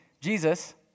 Jesus